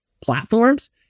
platforms